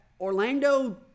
Orlando